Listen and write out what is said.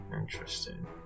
interesting